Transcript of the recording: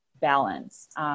balance